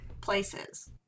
places